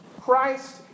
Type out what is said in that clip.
Christ